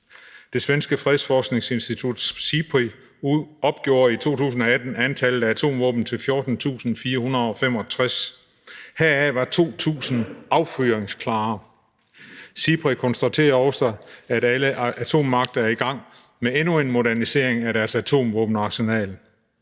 Det svenske fredsforskningsinstitut SIPRI opgjorde i 2018 antallet af atomvåben til 14.465. Her af var 2.000 affyringsklar. SIPRI konstaterer også, at alle atommagter er i gang med endnu en modernisering af deres atomvåbenarsenaler.